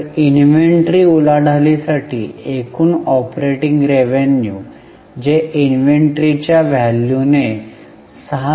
तर इन्व्हेंटरी उलाढालीसाठी एकूण ऑपरेटिंग रेव्हेन्यू जे इन्व्हेंटरीच्या व्हॅल्यूने 6